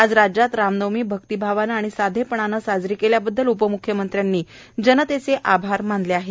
आज राज्यात रामनवमी भक्तीभावानं साधेपणाने साजरी केल्याबद्दल उपम्ख्यमंत्र्यांनी जनतेचे आभार मानले आहेत